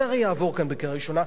זה הרי יעבור כאן בקריאה ראשונה,